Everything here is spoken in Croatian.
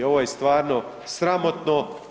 Ovo je stvarno sramotno.